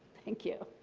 thank you.